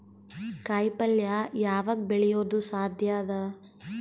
ಕಾಯಿಪಲ್ಯ ಯಾವಗ್ ಬೆಳಿಯೋದು ಸಾಧ್ಯ ಅದ?